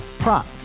Prop